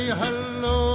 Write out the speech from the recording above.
hello